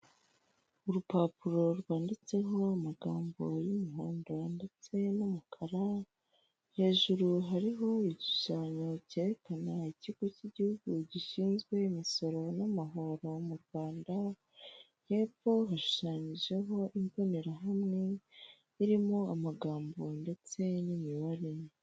Inzu mberabyombi ubona ko irimo abantu benshi higanjemo abantu bakuze ndetse n'urubyiruko, ariko hakaba harimo n'abayobozi, ukaba ureba ko bose bateze amatwi umuntu uri kubaha ikiganiro kandi, buri wese imbere ye hakaba hari icupa ry'amazi. Hakaba harimo n'umuntu uhagaze inyuma wambaye impuzankano y'umukara.